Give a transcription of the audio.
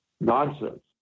nonsense